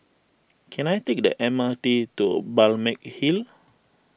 can I take the M R T to Balmeg Hill